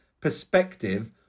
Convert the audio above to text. perspective